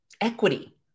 Equity